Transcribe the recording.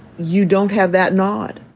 you don't have that nod.